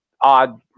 odd